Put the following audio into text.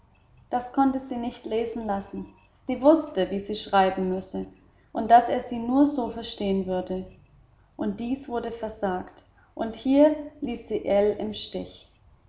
das konnte sie nicht lesen lassen sie wußte wie sie schreiben müsse und daß er sie nur so verstehen würde und dies wurde versagt und hier ließ sie ell im stich